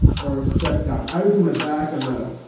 or stressed out. i was in the back of a.